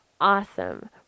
Awesome